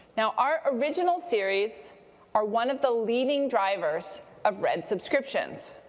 now our original series are one of the leading drivers of red subscriptions.